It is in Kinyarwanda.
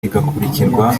igakurikirwa